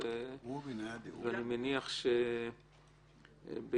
ואני מציע שמכאן נמשיך הלאה